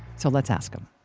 so, let's ask them!